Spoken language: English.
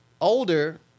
Older